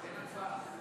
אין הצבעה.